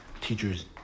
teachers